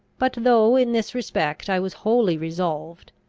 but, though in this respect i was wholly resolved,